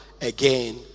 again